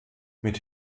mit